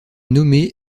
nommé